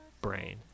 brain